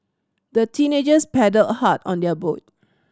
the teenagers paddled a hard on their boat